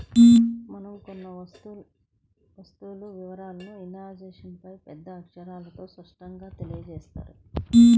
మనం కొన్న వస్తువు వివరాలను ఇన్వాయిస్పై పెద్ద అక్షరాలతో స్పష్టంగా తెలియజేత్తారు